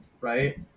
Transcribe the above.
right